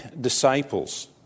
disciples